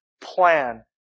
plan